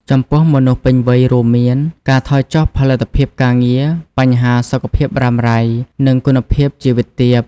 ចំពោះមនុស្សពេញវ័យ រូមមាន ការថយចុះផលិតភាពការងារ បញ្ហាសុខភាពរ៉ាំរ៉ៃ និងគុណភាពជីវិតទាប។